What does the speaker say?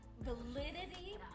validity